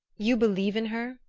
you believe in her?